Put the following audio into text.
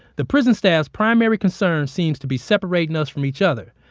the prison staff's primary concern seems to be separating us from each other.